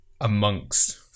amongst